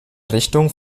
richtung